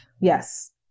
Yes